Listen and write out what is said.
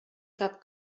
cap